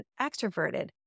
extroverted